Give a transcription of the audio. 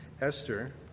Esther